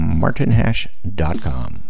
martinhash.com